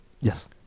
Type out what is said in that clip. yes